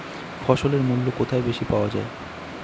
ফসলের মূল্য কোথায় বেশি পাওয়া যায়?